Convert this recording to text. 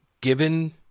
given